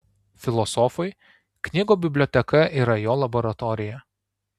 filosofui knygų biblioteka yra jo laboratorija